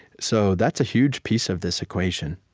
so that's a huge piece of this equation,